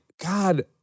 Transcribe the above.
God